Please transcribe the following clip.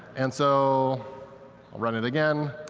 and so i'll run it again.